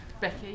becky